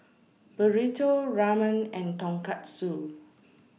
Burrito Ramen and Tonkatsu